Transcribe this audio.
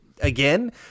again